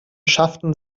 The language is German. schafften